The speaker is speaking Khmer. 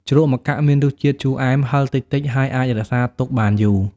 ជ្រក់ម្កាក់មានរសជាតិជូរអែម ហឹរតិចៗ ហើយអាចរក្សាទុកបានយូរ។